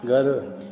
घरु